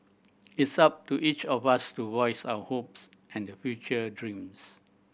it's up to each of us to voice our hopes and the future dreams